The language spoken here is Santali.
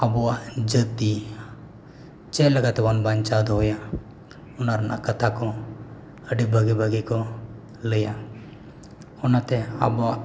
ᱟᱵᱚᱣᱟᱜ ᱡᱟᱹᱛᱤ ᱪᱮᱫ ᱞᱮᱠᱟᱛᱮ ᱵᱚᱱ ᱵᱟᱧᱪᱟᱣ ᱫᱚᱦᱚᱭᱟ ᱚᱱᱟ ᱨᱮᱱᱟᱜ ᱠᱟᱛᱷᱟ ᱠᱚ ᱟᱹᱰᱤ ᱵᱷᱟᱹᱜᱮᱼᱵᱷᱟᱹᱜᱮ ᱠᱚ ᱞᱟᱹᱭᱟ ᱚᱱᱟᱛᱮ ᱟᱵᱚᱣᱟᱜ